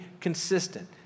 consistent